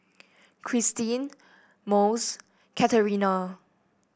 Cristine Mose Katerina